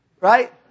Right